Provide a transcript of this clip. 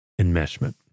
Enmeshment